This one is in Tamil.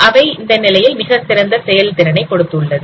அவை இந்த நிலையில் மிகச்சிறந்த செயல்திறனை கொடுத்துள்ளது